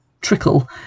trickle